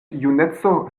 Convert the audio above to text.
juneco